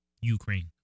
Ukraine